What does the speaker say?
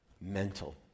mental